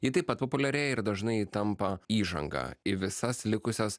ji taip pat populiarėja ir dažnai ji tampa įžanga į visas likusias